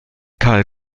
karl